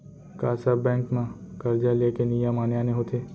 का सब बैंक म करजा ले के नियम आने आने होथे?